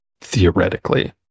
theoretically